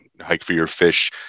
hike-for-your-fish